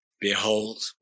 behold